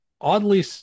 oddly